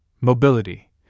mobility